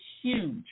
huge